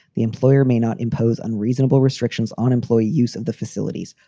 the employer may not impose unreasonable restrictions on employee use of the facilities.